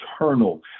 eternal